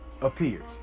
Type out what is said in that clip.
appears